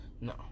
No